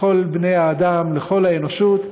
לכל בני האדם, לכל האנושות.